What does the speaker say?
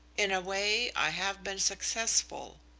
in a way i have been successful.